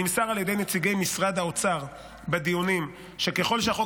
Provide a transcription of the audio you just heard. נמסר על ידי נציגי משרד האוצר בדיונים שככל שהחוק